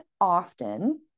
often